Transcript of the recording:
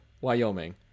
Wyoming